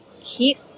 keep